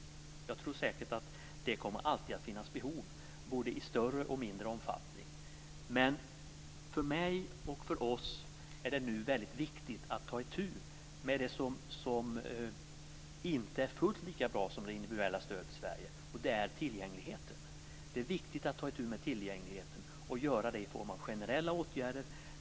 Jag tror säkert att det alltid kommer att finnas behov både i större och i mindre omfattning. Men för mig och för oss är det nu viktigt att ta itu med det som inte är fullt lika bra i Sverige som det individuella stödet. Det är tillgängligheten. Det är viktigt att ta itu med tillgängligheten och att göra det i form av generella åtgärder.